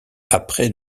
après